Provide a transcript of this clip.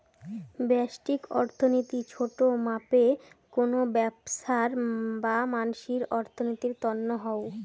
ব্যষ্টিক অর্থনীতি ছোট মাপে কোনো ব্যবছার বা মানসির অর্থনীতির তন্ন হউ